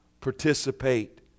participate